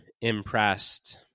impressed